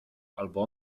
albo